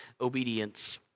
obedience